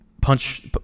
punch